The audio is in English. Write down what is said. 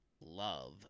love